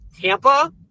Tampa